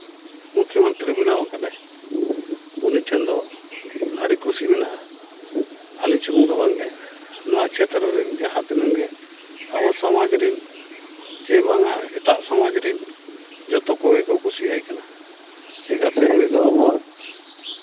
ᱢᱩᱠᱠᱷᱚ ᱢᱚᱱᱛᱨᱤ ᱵᱮᱱᱟᱣ ᱠᱟᱱᱟᱭ ᱩᱱᱤ ᱴᱷᱮᱱ ᱫᱚ ᱟᱹᱰᱤ ᱠᱩᱥᱤ ᱢᱮᱱᱟᱜᱼᱟ ᱟᱹᱞᱤᱧ ᱥᱩᱢᱩᱝ ᱫᱚ ᱵᱟᱝᱜᱮ ᱱᱚᱣᱟ ᱪᱷᱮᱛᱨᱚ ᱨᱮ ᱡᱟᱦᱟᱸ ᱛᱤᱱᱟᱹᱜ ᱜᱮ ᱟᱵᱚ ᱥᱚᱢᱟᱡᱽ ᱨᱮ ᱪᱮ ᱵᱟᱝᱟ ᱮᱴᱟᱜ ᱥᱚᱢᱟᱡᱽ ᱨᱤᱱ ᱡᱚᱛᱚ ᱠᱚᱜᱮ ᱠᱚ ᱠᱩᱥᱤᱭᱟᱭ ᱠᱟᱱᱟ ᱪᱤᱠᱟᱹᱛᱮ ᱩᱱᱤ ᱫᱚ ᱟᱵᱚᱣᱟᱜ